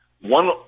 one